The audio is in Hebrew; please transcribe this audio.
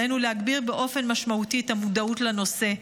עלינו להגביר באופן משמעותי את המודעות לנושא.